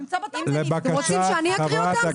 אתם רוצים שאני אקריא אותן?